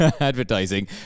advertising